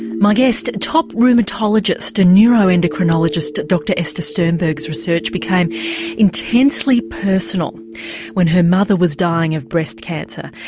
my guest, top rheumatologist and neuroendocrinologist dr esther sternberg's research became intensely personal when her mother was dying of breast cancer.